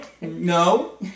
No